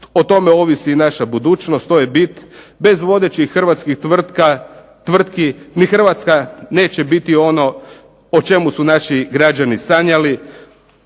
o tome ovisi i naša budućnost, to je bit, bez vodećih hrvatskih tvrtki ni Hrvatska neće biti ono o čemu su naši građani sanjali,